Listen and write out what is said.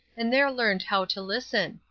and there learned how to listen?